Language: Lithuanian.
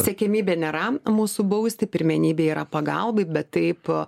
siekiamybė nėra mūsų bausti pirmenybė yra pagalbai bet taip